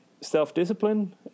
self-discipline